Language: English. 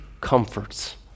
comforts